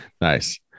nice